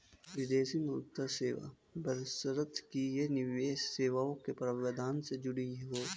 विदेशी मुद्रा सेवा बशर्ते कि ये निवेश सेवाओं के प्रावधान से जुड़ी हों